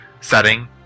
setting